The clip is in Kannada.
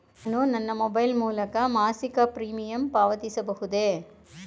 ನಾನು ನನ್ನ ಮೊಬೈಲ್ ಮೂಲಕ ಮಾಸಿಕ ಪ್ರೀಮಿಯಂ ಪಾವತಿಸಬಹುದೇ?